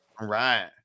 right